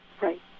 Right